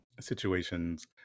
situations